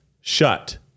shut